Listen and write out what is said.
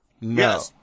No